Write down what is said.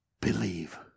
Believe